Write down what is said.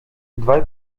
dwaj